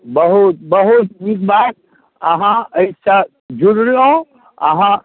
बहुत बहुत नीक बात अहाँ एहिसँ जुड़लहुँ अहाँ